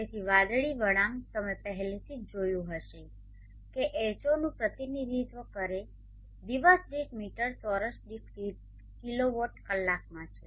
તેથી વાદળી વળાંક તમે પહેલેથી જ જોયું હશે કે H0 નું પ્રતિનિધિત્વ કરે દિવસ દીઠ મીટર ચોરસ દીઠ કિલોવોટ કલાકમાં છે